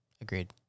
Agreed